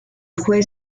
juez